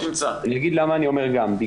אני אגיד למה אני אומר 'גם'.